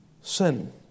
sin